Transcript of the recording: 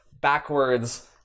backwards